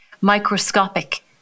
microscopic